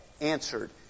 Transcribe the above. answered